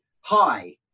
hi